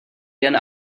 jen